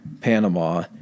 Panama